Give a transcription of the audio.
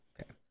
Okay